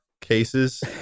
cases